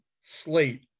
slate